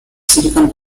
silicon